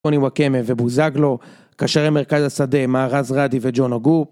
טוני ווקמב ובוזגלו, קשרי מרכז השדה, מערז רדי וג'ון עגו.